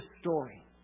story